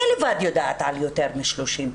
אני לבד יודעת על יותר מ-30.